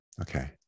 Okay